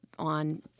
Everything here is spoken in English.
on